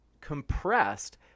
compressed